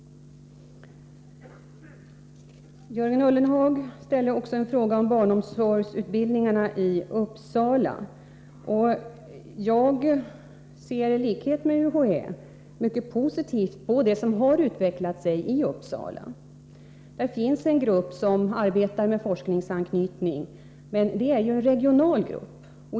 Jörgen Ullenhag ställde också en fråga om barnomsorgsutbildningarna i Uppsala. Jag ser i likhet med UHÄ mycket positivt på det som har utvecklat sig i Uppsala. Där finns en grupp som arbetar med forskningsanknytning, men det är ju en regional grupp.